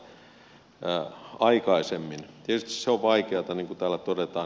tietysti se on vaikeata niin kuin täällä todetaan